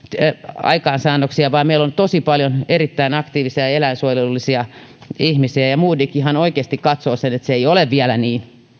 aikaansaannoksia vaan meillä on tosi paljon erittäin aktiivisia ja eläinsuojelullisia ihmisiä ja modig ihan oikeasti katsoo sen että se ei ole vielä niin